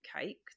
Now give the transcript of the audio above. cake